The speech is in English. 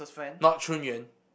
not Chun Yuan